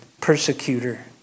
persecutor